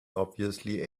obviously